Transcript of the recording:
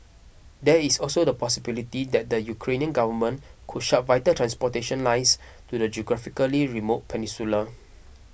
there is also the possibility that the Ukrainian government could shut vital transportation lines to the geographically remote peninsula